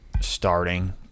starting